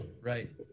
right